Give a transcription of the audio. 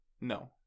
No